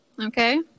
Okay